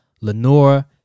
Lenora